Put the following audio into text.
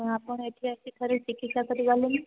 ଆଜ୍ଞା ଆପଣ ଏଠି ଆସି ଥରେ ଚିକିତ୍ସା କରି ଗଲେନି